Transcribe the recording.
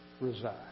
reside